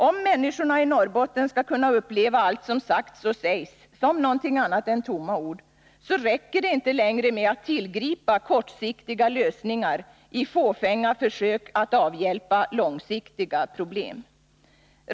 Om människorna i Norrbotten skall kunna uppleva allt som sagts och sägs som någonting annat än tomma ord, räcker det inte längre med att tillgripa kortsiktiga lösningar i fåfänga försök att avhjälpa långsiktiga problem.